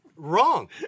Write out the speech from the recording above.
Wrong